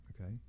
Okay